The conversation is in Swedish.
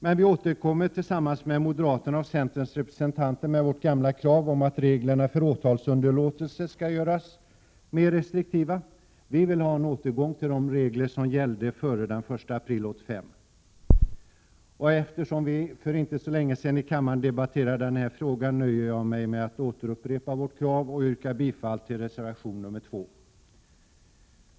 Men vi återkommer tillsammans med moderaternas och centerns representanter med vårt gamla krav om att reglerna för åtalsunderlåtelse skall göras mer restriktiva. Vi vill ha en återgång till de regler som gällde före den 1 april 1985. Eftersom vi för inte så länge sedan debatterade den frågan här i kammaren, nöjer jag mig med att återupprepa vårt krav och yrkar bifall till reservation 2.